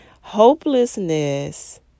Hopelessness